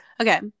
Okay